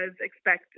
expect